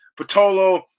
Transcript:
Patolo